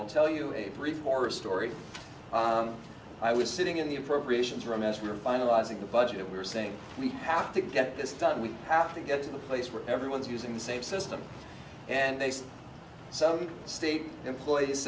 will tell you a brief horror story i was sitting in the appropriations room as we were finalizing the budget we were saying we have to get this done we have to get to the place where everyone is using the same system and they say some state employees